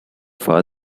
far